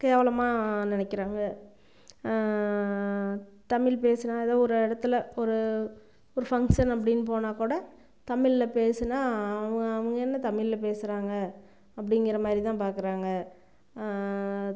கேவலமாக நினைக்கிறாங்க தமிழ் பேசினா தான் ஒரு இடத்துல ஒரு ஒரு ஃபங்க்ஷன் அப்படின் போனால் கூட தமிழில் பேசினால் அவங்க அவங்க என்ன தமிழில் பேசுகிறாங்க அப்படிங்கிற மாதிரி தான் பார்க்குறாங்க